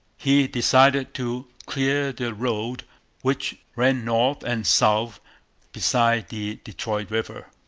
he decided to clear the road which ran north and south beside the detroit river.